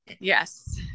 yes